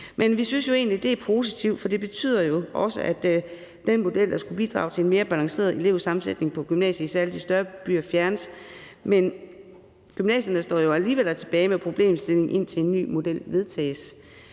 men vi synes egentlig, det er positivt, for det betyder jo også, at den model, der skulle bidrage til en mere balanceret elevsammensætning på gymnasier i særlig de større byer, fjernes. Men gymnasierne står jo alligevel tilbage med problemstillingen, indtil en ny model vedtages.